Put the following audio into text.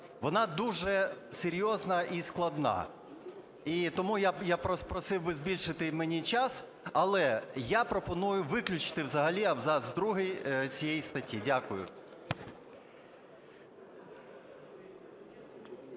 Вона дуже серйозна і складна, і тому я просив би збільшити мені час. Але я пропоную виключити взагалі абзац другий цієї статті. Дякую.